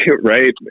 right